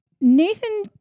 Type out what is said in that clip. Nathan